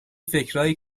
فکرایی